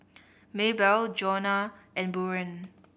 Maybelle Joanna and Buren